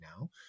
now